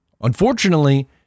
Unfortunately